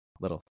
little